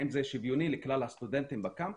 האם זה שוויוני לכלל הסטודנטים בקמפוס?